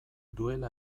duela